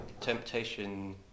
temptation